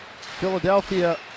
Philadelphia